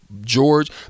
George